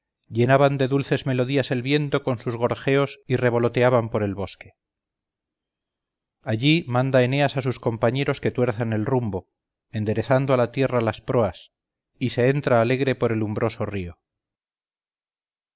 llenaban de dulces melodías el viento con sus gorjeos y revoloteaban por el bosque allí manda eneas a sus compañeros que tuerzan el rumbo enderezando a tierra las proas y se entra alegre por el umbroso río